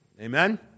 Amen